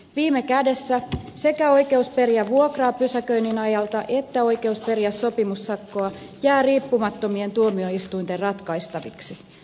viime kädessä sekä oikeus periä vuokraa pysäköinnin ajalta että oikeus periä sopimussakkoa jää riippumattomien tuomioistuinten ratkaistaviksi